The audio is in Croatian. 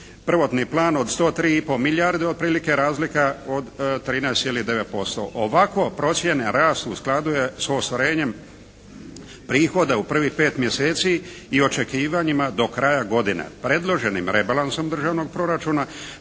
prvotni plan od 103,5 milijarde, otprilike razlika od 13,9%. Ovakvo procjene …/Govornik se ne razumije./… u skladu je s ostvarenjem prihoda u prvih pet mjeseci i očekivanjima do kraja godine.